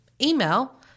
email